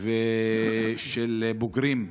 של בוגרים: